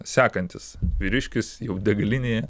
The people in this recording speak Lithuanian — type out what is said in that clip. sekantis vyriškis jau degalinėje